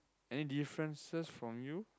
any differences from you